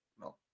No